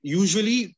usually